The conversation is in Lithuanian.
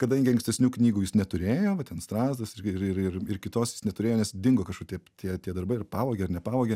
kadangi ankstesnių knygų jis neturėjo vat ten strazdas ir ir ir ir kitos jis neturėjo nes dingo kažkur taip tie tie darbai ar pavogė ar nepavogė